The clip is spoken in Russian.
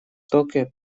токио